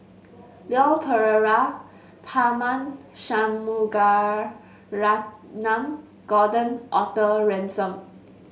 Leon Perera Tharman Shanmugaratnam Gordon Arthur Ransome